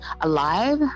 alive